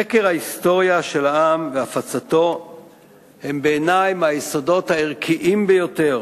חקר ההיסטוריה של העם והפצתו הם בעיני מהיסודות הערכיים ביותר,